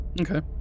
Okay